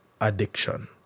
addiction